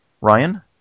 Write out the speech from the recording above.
Ryan